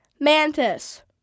Mantis